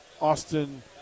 Austin